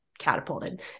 catapulted